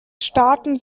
staaten